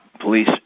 police